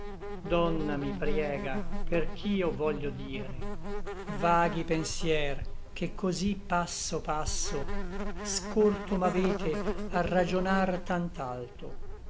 donna mi priegha per ch'io voglio dire vaghi pensier che cosí passo passo scorto m'avete a ragionar